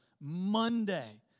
Monday